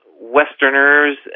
Westerners